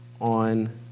on